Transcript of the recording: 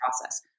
process